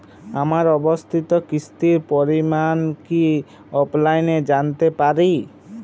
আমার অবশিষ্ট কিস্তির পরিমাণ কি অফলাইনে জানতে পারি?